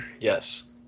Yes